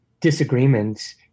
disagreements